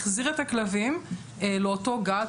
החזיר את הכלבים לאותו גג.